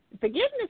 Forgiveness